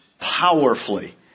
powerfully